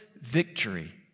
victory